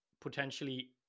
potentially